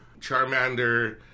Charmander